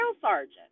Sergeant